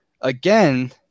again